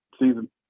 season